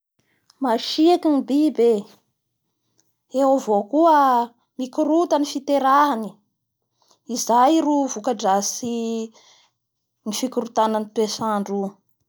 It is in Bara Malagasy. Masiaky ny biby e! Eo avao koa mikorota ny fiterahany izay ro vokadratsy ny fikorotanan'ny toetrandro io.